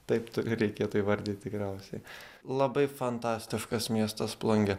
taip reikėtų įvardyt tikriausiai labai fantastiškas miestas plungė